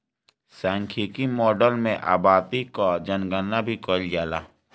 सांख्यिकी माडल में आबादी कअ जनगणना भी कईल जाला